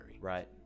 Right